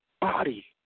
body